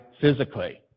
physically